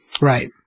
Right